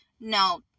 No